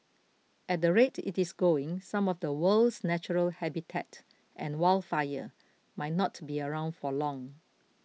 at the rate it is going some of the world's natural habitat and warefare might not be around for long